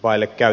aili käy